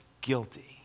guilty